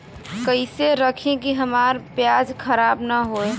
कइसे रखी कि हमार प्याज खराब न हो?